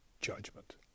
judgment